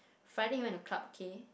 Friday he went to Club-K